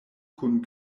kun